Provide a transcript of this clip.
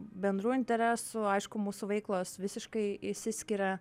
bendrų interesų aišku mūsų veiklos visiškai išsiskiria